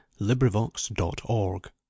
LibriVox.org